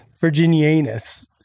virginianus